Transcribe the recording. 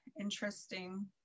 interesting